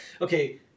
okay